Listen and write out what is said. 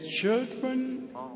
children